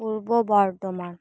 Purba Bardhaman